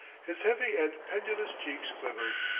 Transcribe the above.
his heavy and pendulous cheeks quivered,